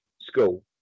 school